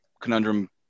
conundrum